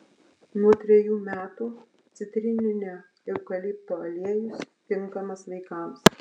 nuo trejų metų citrininio eukalipto aliejus tinkamas vaikams